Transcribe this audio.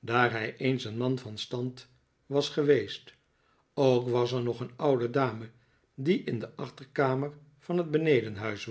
daar hij eens een man van stand was geweest ook was er nog een oude dame die in de achterkamer van het benedenhuis